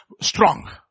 strong